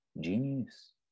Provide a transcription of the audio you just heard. genius